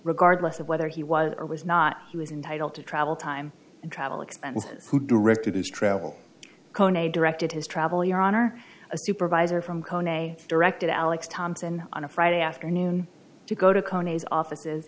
regardless of whether he was or was not she was entitled to travel time and travel expenses who directed his travel cone a directed his travel your honor a supervisor from cone a directed alex thompson on a friday afternoon to go to